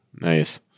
Nice